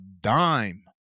dime